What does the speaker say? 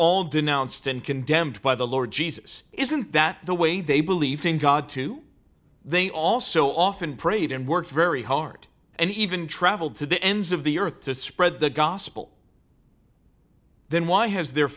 all denounced and condemned by the lord jesus isn't that the way they believe in god too they also often prayed and worked very hard and even traveled to the ends of the earth to spread the gospel then why has their